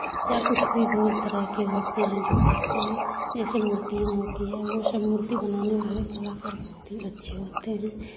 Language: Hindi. या कुछ भी बहुत तरह के होते हैं जो करते हैं जैसे मूर्तियाँ होती हैं वो सब मूर्ति बनाने वाले कलाकार बहुत ही अच्छे होते हैं